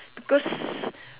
because